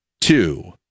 two